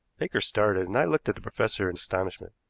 baker started, and i looked at the professor in astonishment.